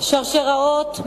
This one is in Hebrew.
שרשראות,